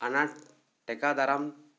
ᱟᱱᱟᱴ ᱴᱮᱠᱟᱣ ᱫᱟᱨᱟᱢ